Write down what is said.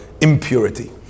impurity